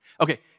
Okay